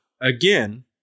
again